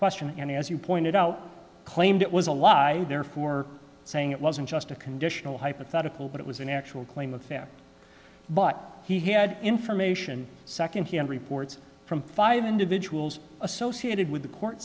question and as you pointed out claimed it was a lie therefore saying it wasn't just a conditional hypothetical but it was an actual claim of fact but he had information secondhand reports from five individuals associated with the court